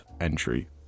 entry